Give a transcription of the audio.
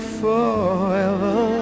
forever